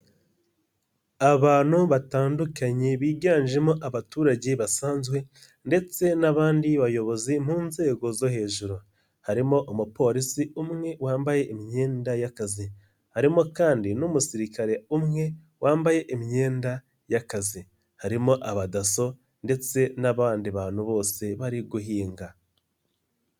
Abantu batandukanye biganjemo abaturage basanzwe ndetse n'abandi bayobozi mu nzego zo hejuru, harimo umupolisi umwe wambaye imyenda y'akazi, harimo kandi n'umusirikare umwe wambaye imyenda y'akazi, harimo aba DASSO ndetse n'abandi bantu bose bari guhinga.